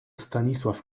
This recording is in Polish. stanisław